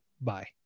bye